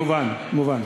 מובן.